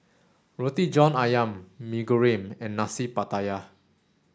Roti John Ayam Mee Goreng and Nasi Pattaya